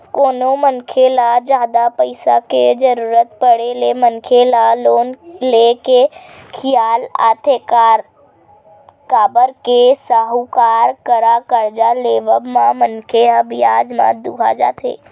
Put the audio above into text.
कोनो मनखे ल जादा पइसा के जरुरत पड़े ले मनखे ल लोन ले के खियाल आथे काबर के साहूकार करा करजा लेवब म मनखे ह बियाज म दूहा जथे